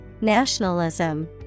nationalism